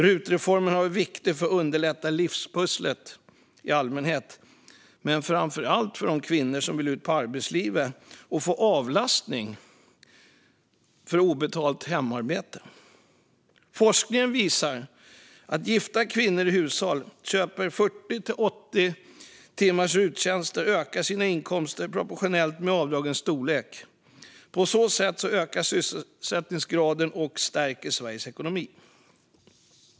Rutreformen har varit viktig för att underlätta livspusslet i allmänhet, men framför allt har den varit viktig för de kvinnor som vill ut i arbetslivet och få avlastning när det gäller obetalt hemarbete. Forskningen visar att gifta kvinnor i hushåll köper 40-80 timmars ruttjänster och ökar sina inkomster proportionellt med avdragens storlek. På så sätt ökar sysselsättningsgraden och stärks Sveriges ekonomi.